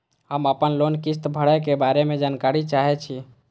हम आपन लोन किस्त भरै के बारे में जानकारी चाहै छी?